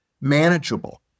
manageable